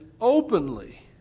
openly